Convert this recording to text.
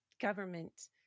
government